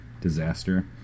disaster